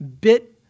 bit